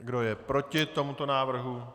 Kdo je proti tomuto návrhu?